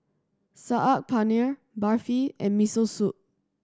Saag Paneer Barfi and Miso Soup